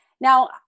Now